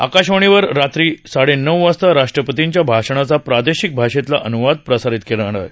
आकाशवाणीवर रात्री साडेनऊ वाजता राष्ट्रपतींच्या भाषणाचा प्रादेशिक भाषेतला अन्वाद प्रसारित होणार आहे